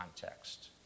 context